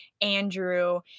Andrew